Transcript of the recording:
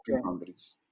boundaries